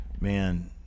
Man